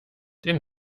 den